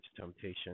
temptation